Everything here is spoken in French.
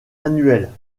annuelle